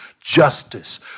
justice